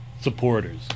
supporters